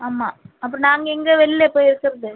ஆமாம் அப்புறம் நாங்கள் எங்கே வெளிலயா போய் இருக்கிறது